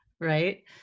Right